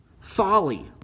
Folly